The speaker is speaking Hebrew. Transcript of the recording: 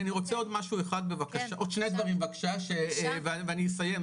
אני רוצה עוד שני דברים בבקשה ואני אסיים,